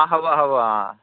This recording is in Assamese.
অঁ হ'ব হ'ব অঁ